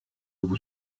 vous